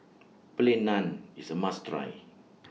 Plain Naan IS A must Try